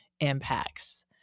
impacts